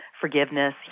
forgiveness